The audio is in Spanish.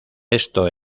esto